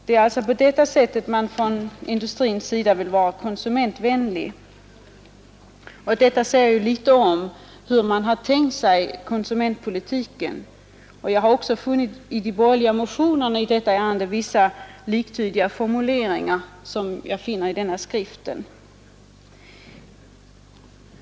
Det är alltså på detta sätt industrin vill vara konsumentvänlig. Det säger ju litet om hur man har tänkt sig konsumentpolitiken. Jag har också i de borgerliga motionerna i detta ärende funnit vissa formuleringar som liknar dem i denna skrift.